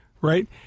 right